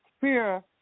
Fear